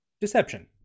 deception